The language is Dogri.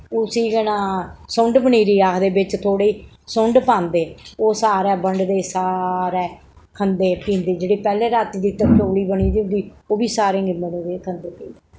उस्सी के नां सुंढ पनीरी आखदे बिच थोह्ड़ी सुंढ पांदे ओह् सारें बंडदे सारे खंदे पींदे जेह्ड़े पैह्लें राती दी तरचोली बनी दी होंदी ओह् बी सारें गी मतलब कि खंदे पींदे